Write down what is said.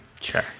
Sure